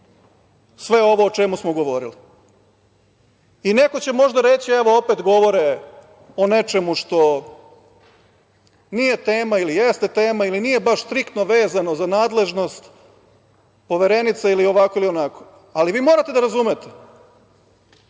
sve ovo o čemu smo govorili. Neko će možda reći evo opet govore o nečemu što nije tema ili jeste tema ili nije baš striktno vezano za nadležnost Poverenice ili ovako ili onako. Vi morate da razumete